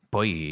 Poi